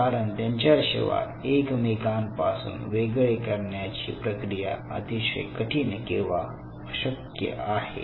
कारण त्यांच्याशिवाय एकमेकांपासून वेगळे करण्याची प्रक्रिया अतिशय कठीण किंवा अशक्य आहे